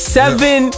seven